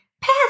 past